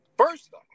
first